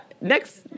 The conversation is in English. next